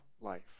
life